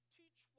teach